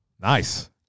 Nice